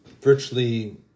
virtually